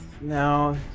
Now